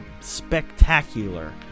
spectacular